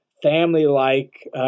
family-like